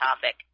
topic